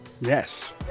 Yes